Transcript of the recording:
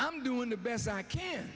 i'm doing the best i can